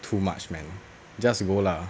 too much man just go lah